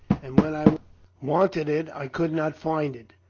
and when i wanted it i could not find it.